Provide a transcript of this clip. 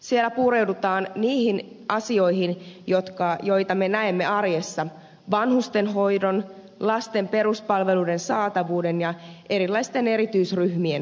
siellä pureudutaan niihin asioihin joita me näemme arjessa vanhustenhoidon lasten peruspalveluiden saatavuuden ja erilaisten erityisryhmien tarpeissa